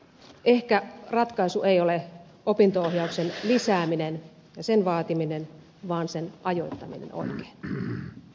ehkä ratkaisu ei ole opinto ohjauksen lisääminen ja sen vaatiminen vaan sen ajoittaminen oikein